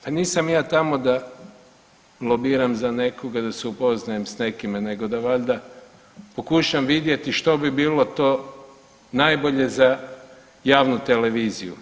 Pa nisam ja tamo da lobiram za nekoga, da se upoznajem s nekime nego da valjda pokušam vidjeti što bi bilo to najbolje za javnu televiziju.